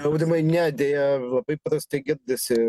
aurimai ne deja labai prastai girdisi